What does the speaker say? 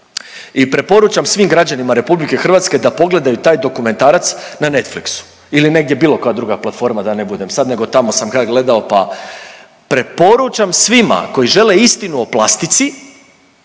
i preporučam svim građanima RH da pogledaju taj dokumentarac na Netflix-u ili negdje bilo koja druga platforma, da ne budem sad. Nego tamo sam ga ja gledao pa. Preporučam svima koji žele istinu o plastici